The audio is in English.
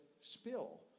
spill